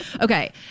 okay